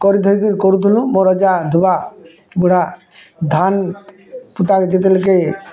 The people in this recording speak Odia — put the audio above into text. କରିଧରିକିନି କରୁଥିନୁ ମୋର୍ ଅଜା ଆଣିଥିଲା ପୁରା ଧନ୍ ପୂତା କେ ଯେତେବେଲ୍କେ